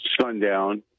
sundown